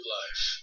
life